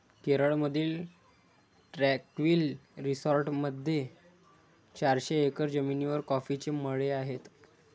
केरळमधील ट्रँक्विल रिसॉर्टमध्ये चारशे एकर जमिनीवर कॉफीचे मळे आहेत